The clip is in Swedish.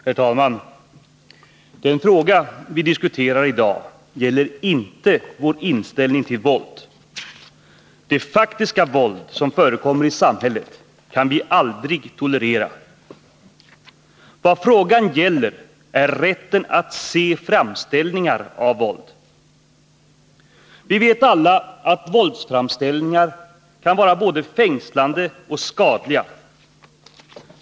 Herr talman! Den fråga vi diskuterar i dag gäller inte vår inställning till våld. Det faktiska våld som förekommer i samhället kan vi aldrig tolerera. Vad frågan gäller är rätten att se framställningar av våld. Vi vet alla, att våldsframställningar kan vara både fängslande och skadliga.